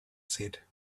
said